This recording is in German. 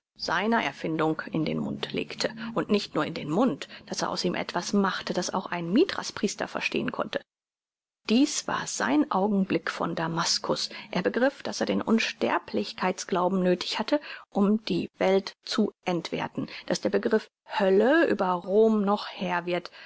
seiner erfindung in den mund legte und nicht nur in den mund daß er aus ihm etwas machte das auch ein mithras priester verstehn konnte dies war sein augenblick von damaskus er begriff daß er den unsterblichkeits glauben nöthig hatte um die welt zu entwerthen daß der begriff hölle über rom noch herr wird